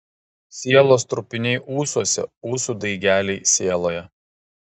sielos trupiniai ūsuose ūsų daigeliai sieloje